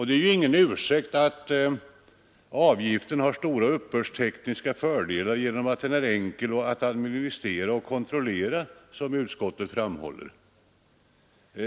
Det är ingen ursäkt att ”avgiften har stora uppbördstekniska fördelar genom att den är enkel att administrera och kontrollera”, som utskottet framhåller.